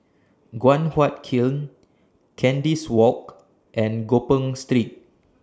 Guan Huat Kiln Kandis Walk and Gopeng Street